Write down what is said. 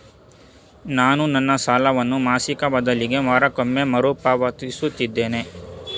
ನಾನು ನನ್ನ ಸಾಲವನ್ನು ಮಾಸಿಕ ಬದಲಿಗೆ ವಾರಕ್ಕೊಮ್ಮೆ ಮರುಪಾವತಿಸುತ್ತಿದ್ದೇನೆ